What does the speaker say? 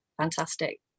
fantastic